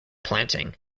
planting